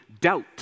Doubt